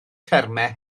termau